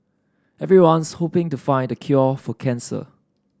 everyone's hoping to find the cure for cancer